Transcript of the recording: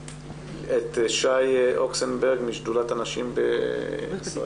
עורכת הדין שי אוקסנברג משדולת הנשים בישראל.